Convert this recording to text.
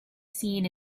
seen